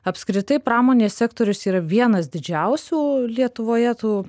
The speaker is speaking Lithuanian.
apskritai pramonės sektorius yra vienas didžiausių lietuvoje tų